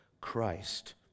Christ